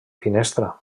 finestra